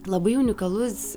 labai unikalus